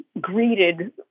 greeted